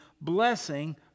blessing